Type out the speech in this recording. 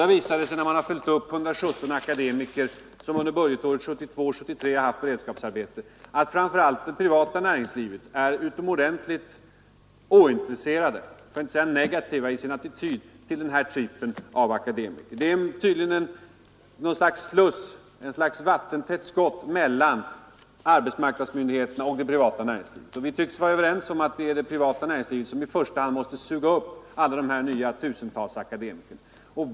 Den visar, när man har följt upp 117 akademiker som har haft beredskapsarbete, att framför allt det privata näringslivet är utomordentligt ointresserat, för att inte säga rent negativt, i sin attityd till den här typen av beredskapsarbetande akademiker. Det är tydligen något slags vattentätt skott mellan arbetsmarknadsmyndigheterna och det privata näringslivet. Vi tycks vara överens om att det är det privata näringslivet, som i första hand måste suga upp dessa tusentals nya akademiker.